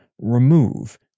remove